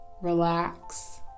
relax